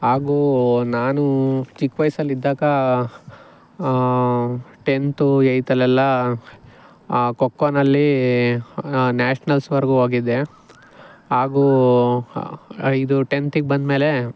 ಹಾಗೂ ನಾನು ಚಿಕ್ಕ ವಯ್ಸಲ್ಲಿದ್ದಾಗ ಟೆಂತು ಏಯ್ತಲ್ಲೆಲ್ಲ ಖೋಖೋನಲ್ಲಿ ನ್ಯಾಷ್ನಲ್ಸ್ವರೆಗೂ ಹೋಗಿದ್ದೆ ಹಾಗೂ ಇದು ಟೆಂತಿಗೆ ಬಂದಮೇಲೆ